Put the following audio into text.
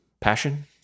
passion